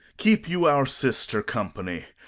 keep you our sister company.